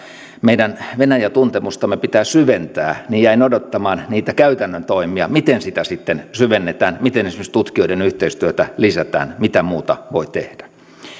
meidän venäjä tuntemustamme pitää syventää niin jäin odottamaan niitä käytännön toimia miten sitä sitten syvennetään miten esimerkiksi tutkijoiden yhteistyötä lisätään mitä muuta voi tehdä